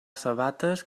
sabates